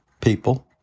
people